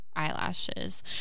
eyelashes